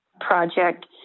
project